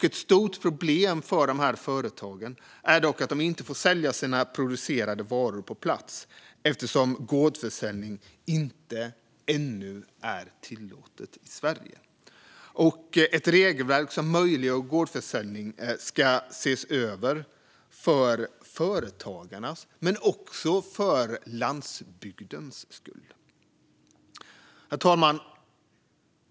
Ett stort problem för dessa företag är dock att de inte får sälja sina producerade varor på plats eftersom gårdsförsäljning inte är tillåten i Sverige - ännu. Ett regelverk som möjliggör gårdsförsäljning av alkohol ska ses över för företagarnas men också för landsbygdens skull. Herr talman!